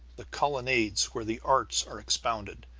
the colonnades where the arts are expounded,